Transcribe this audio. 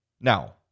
now